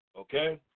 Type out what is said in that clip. okay